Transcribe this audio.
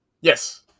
Yes